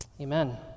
Amen